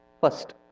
First